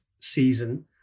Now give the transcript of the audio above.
season